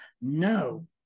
No